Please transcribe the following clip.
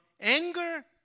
anger